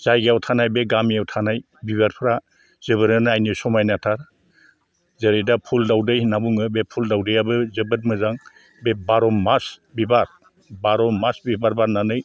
जायगायाव थानाय बे गामियाव थानाय बिबारफ्रा जोबोरैनो नायनो समायनाथार जेरै दा फुल दावदै होनना बुङो बे फुल दावदैआबो जोबोद मोजां बे बार'मास बिबार बार' मास बिबार बारनानै